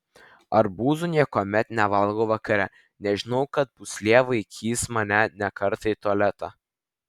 arbūzų niekuomet nevalgau vakare nes žinau kad pūslė vaikys mane ne kartą į tualetą